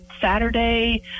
saturday